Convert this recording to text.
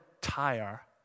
tire